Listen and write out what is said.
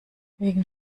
wegen